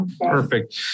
Perfect